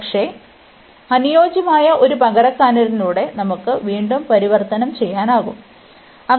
പക്ഷേ അനുയോജ്യമായ ഒരു പകരക്കാരനിലൂടെ നമുക്ക് വീണ്ടും പരിവർത്തനം ചെയ്യാനാകുo